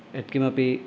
यत्किमपि